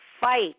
fight